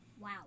Wow